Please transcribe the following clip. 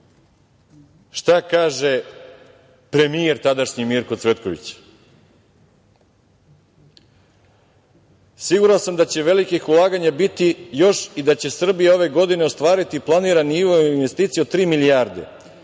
šta kaže premijer tadašnji Mirko Cvetković? „Siguran sam da će velikih ulaganja biti još i da će Srbija ove godine ostvariti planirani nivo investicija od tri milijarde